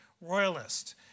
royalist